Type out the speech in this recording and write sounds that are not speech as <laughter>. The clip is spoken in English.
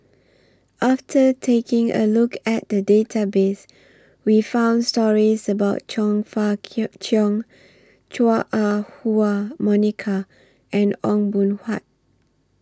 after taking A Look At The Database We found stories about Chong Fah <unintelligible> Cheong Chua Ah Huwa Monica and Ong Boon Tat